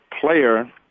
player